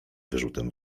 wyrzutem